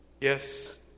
yes